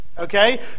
Okay